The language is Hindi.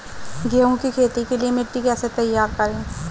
गेहूँ की खेती के लिए मिट्टी कैसे तैयार करें?